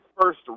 first